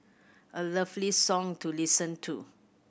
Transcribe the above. a lovely song to listen to